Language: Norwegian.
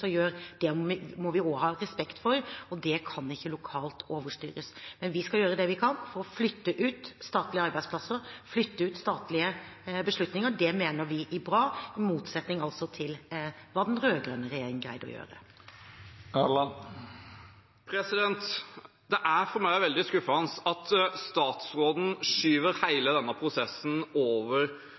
gjør. Det må vi også ha respekt for, og det kan ikke lokalt overstyres. Men vi skal gjøre det vi kan for å flytte ut statlige arbeidsplasser og flytte ut statlige beslutninger – det mener vi blir bra – i motsetning til hva den rød-grønne regjeringen greide å gjøre. Det er for meg veldig skuffende at statsråden skyver hele denne prosessen over